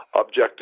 objective